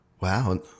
Wow